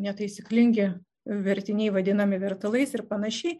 netaisyklingi vertiniai vadinami vertalais ir panašiai